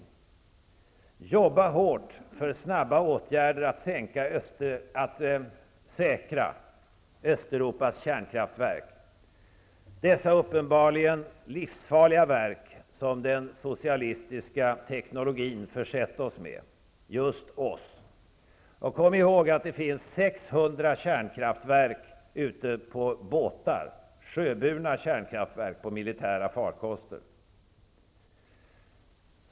Vi måste jobba hårt för snabba åtgärder att säkra Östeuropas kärnkraftverk, dessa uppenbarligen livsfarliga verk som den socialistiska teknologin försett just oss med. Kom ihåg att det finns 600 kärnkraftverk ute på båtar, sjöburna kärnkraftverk på militära farkoster.